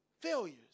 failures